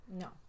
No